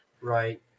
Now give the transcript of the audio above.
Right